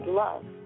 love